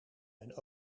mijn